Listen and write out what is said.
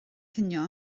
cinio